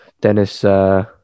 Dennis